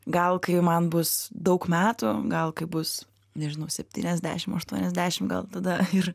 gal kai man bus daug metų gal kai bus nežinauseptyniasdešim aštuoniasdešim gal tada ir